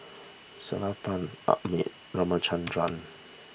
Sellapan Amit Ramchundra